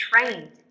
trained